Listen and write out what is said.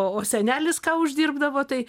o senelis ką uždirbdavo tai